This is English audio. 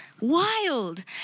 Wild